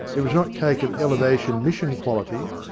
it was not cake of elevation mission quality,